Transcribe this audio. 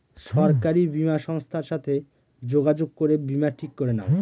সরকারি বীমা সংস্থার সাথে যোগাযোগ করে বীমা ঠিক করে নাও